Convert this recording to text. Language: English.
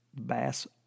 bass